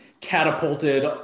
catapulted